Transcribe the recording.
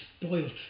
spoiled